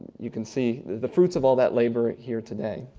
you can see the fruits of all that labor here today.